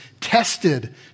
tested